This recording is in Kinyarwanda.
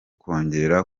kongera